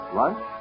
lunch